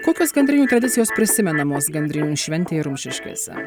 kokios gandrinių tradicijos prisimenamos gandrinių šventėje rumšiškėse